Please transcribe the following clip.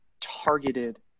targeted